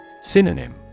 Synonym